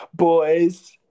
Boys